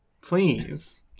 please